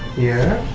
here